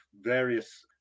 Various